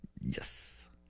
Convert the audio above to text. Yes